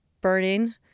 burning